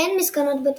והן משכנות בתוכן,